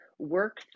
work